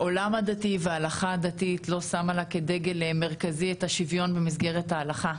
העולם הדתי וההלכה הדתית לא שמה לה כדגל מרכזי את השוויון במסגרת ההלכה.